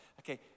okay